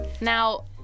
Now